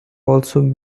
also